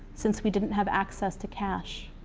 since we didn't have access to cash.